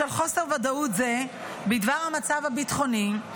בשל חוסר ודאות זה בדבר המצב הביטחוני,